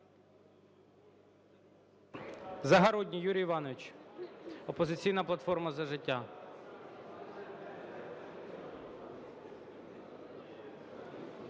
Загородній Юрій Іванович, "Опозиційна платформа – За життя".